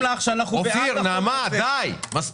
אופיר, נעמה, די, מספיק.